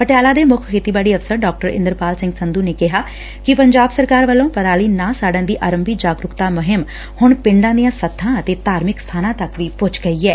ਪਟਿਆਲਾ ਦੇ ਮੁੱਖ ਖੇਤੀਬਾੜੀ ਅਫ਼ਸਰ ਡਾ ਇੰਦਰਪਾਲ ਸਿੰਘ ਸੰਧੁ ਨੇ ਕਿਹਾ ਕਿ ਪੰਜਾਬ ਸਰਕਾਰ ਵਲੋਂ ਪਰਾਲੀ ਨਾ ਸਾੜਨ ਦੀ ਆਰੰਭੀ ਜਾਗਰੁਕਤਾ ਮੁਹਿੰਮ ਹੁਣ ਪਿੰਡਾਂ ਦੀਆਂ ਸੱਥਾਂ ਅਤੇ ਧਾਰਮਿਕ ਸਬਾਨਾਂ ਤੱਕ ਵੀ ਪੁੱਜ ਗਈ ਐ